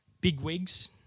bigwigs